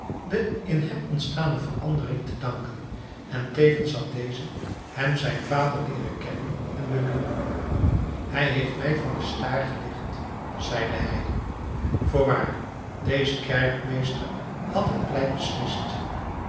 de in hem ontstane verandering te danken en tevens had deze hem zijn vader leeren kennen en beminnen hij heeft mij van de staar gelicht zeide hij voorwaar deze kerkmeester had het pleit beslist